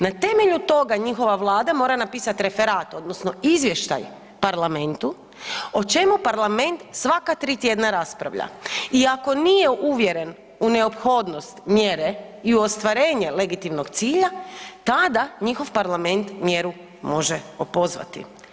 Na temelju toga njihova Vlada mora napisati referat odnosno izvještaj Parlamentu o čemu Parlament svaka tri tjedna raspravlja i ako nije uvjeren u neophodnost mjere i u ostvarenje legitimnog cilja tada njihov Parlament mjeru može opozvati.